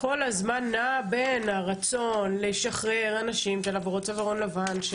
כל הזמן נעה בין הרצון לשחרר אנשים של עבירות צווארון לבן,